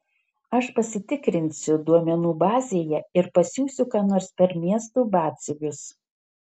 aš pasitikrinsiu duomenų bazėje ir pasiųsiu ką nors per miesto batsiuvius